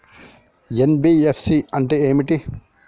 NBFC అంటే ఏమిటి?